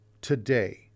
Today